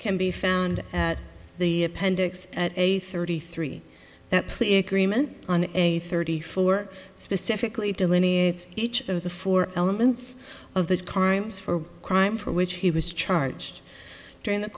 be found at the appendix at eight thirty three that plea agreement on a thirty four specifically delineates each of the four elements of that crime for a crime for which he was charged during the